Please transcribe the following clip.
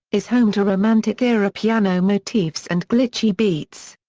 is home to romantic-era piano motifs and glitchy beats.